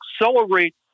accelerate